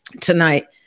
tonight